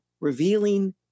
revealing